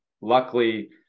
luckily